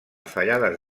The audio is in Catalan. fallades